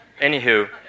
Anywho